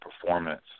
performance